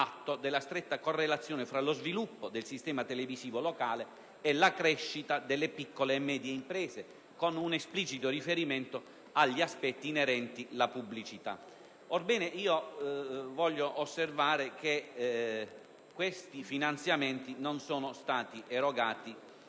atto della stretta correlazione tra lo sviluppo del sistema televisivo locale e la crescita delle piccole e medie imprese, con un esplicito riferimento agli aspetti inerenti la pubblicità. Orbene, voglio osservare che i suddetti finanziamenti non sono stati erogati